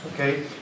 Okay